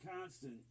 constant